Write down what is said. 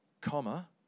comma